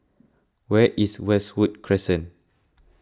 where is Westwood Crescent